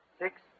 six